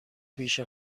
پیش